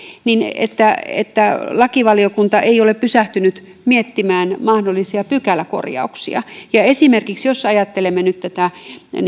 että että lakivaliokunta ei ole pysähtynyt miettimään mahdollisia pykäläkorjauksia esimerkiksi jos ajattelemme nyt